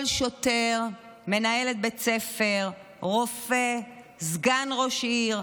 כל שוטר, מנהלת בית ספר, רופא, סגן ראש עיר,